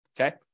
Okay